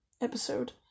episode